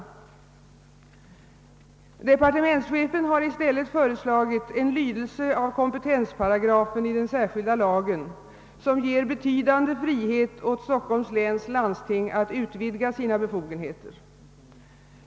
Departementschefen har i stället föreslagit en lydelse av kompetensparagrafen i den särskilda lagen, som ger betydande frihet åt Stockholms läns landsting att utvidga sina befogenheter.